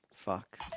fuck